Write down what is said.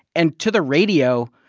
and to the radio,